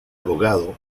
abogado